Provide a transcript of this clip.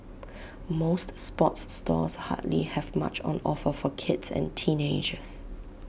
most sports stores hardly have much on offer for kids and teenagers